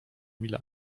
mile